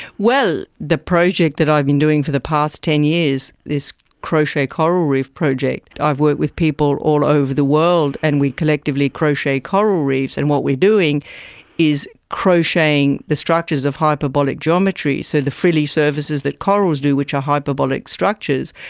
well, the project that i've been doing for the past ten years, this crochet coral reef project, i've worked with people all over the world and we collectively crochet coral reefs, and what we are doing is crocheting the structures of hyperbolic geometry, so the frilly surfaces that corals do which are hyperbolic structures,